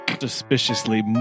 suspiciously